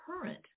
current